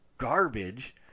garbage